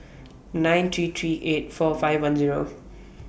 nine three three eight four five one Zero